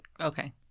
Okay